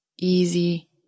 easy